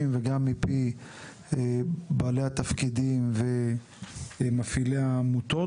וגם מפי בעלי התפקידים ומפעילי העמותות,